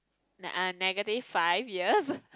like I negative five years